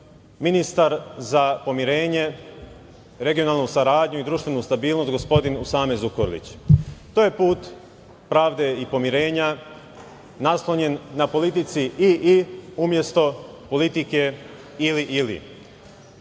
ministar za pomirenje regionalnu saradnju i društvenu stabilnost, gospodin Usame Zukorlić. To je put pravde i pomirenja, naslonjen na politici i umesto politike, ili ili.